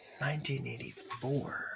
1984